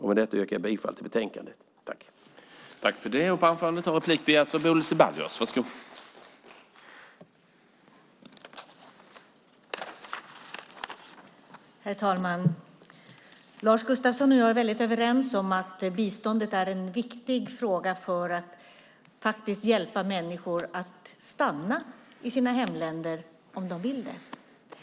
Med detta yrkar jag bifall till utskottets förslag i betänkandet.